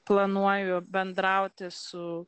planuoju bendrauti su